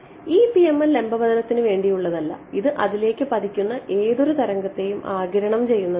ഈ PML ലംബ പതനത്തിന് വേണ്ടിയുള്ളതല്ല ഇത് അതിലേക്ക് പതിക്കുന്ന ഏതൊരു തരംഗത്തെയും ആഗിരണം ചെയ്യുന്നതാണ്